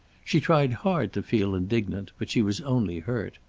she tried hard to feel indignant, but she was only hurt.